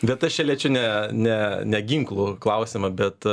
bet aš čia liečiu ne ne ne ginklų klausimą bet